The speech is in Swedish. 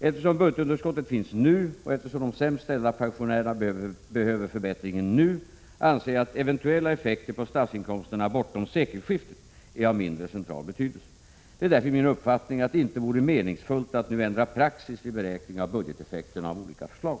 Eftersom budgetunderskottet finns nu och eftersom de sämst ställda pensionärerna behöver förbättringen nu anser jag att eventuella effekter på statsinkomsterna bortom sekelskiftet är av mindre central betydelse. Det är därför min uppfattning att det inte vore meningsfullt att nu ändra praxis vid beräkning av budgeteffekterna av olika förslag.